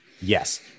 Yes